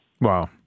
Wow